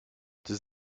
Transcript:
does